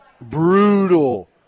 brutal